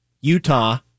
Utah